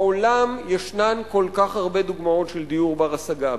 בעולם יש כל כך הרבה דוגמאות של דיור בר-השגה.